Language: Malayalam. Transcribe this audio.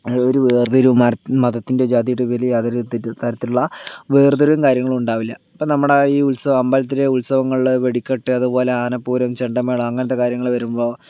ഒരു വേർതിരിവ് മര മതത്തിൻ്റെയോ ജാതിയുടെയോ പേരിൽ യാതൊരു തരത്തിലുള്ള വേർതിരിവും കാര്യങ്ങളും ഉണ്ടാവില്ല ഇപ്പോൾ നമ്മുടെ ഈ ഉത്സവം അമ്പലത്തിലെ ഉത്സവങ്ങളിലെ വെടിക്കെട്ട് അതുപോലെ ആന പൂരം ചെണ്ടമേളം അങ്ങനത്തെ കാര്യങ്ങള് വരുമ്പോൾ